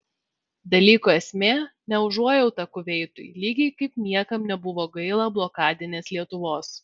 dalyko esmė ne užuojauta kuveitui lygiai kaip niekam nebuvo gaila blokadinės lietuvos